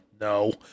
no